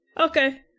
Okay